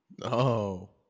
No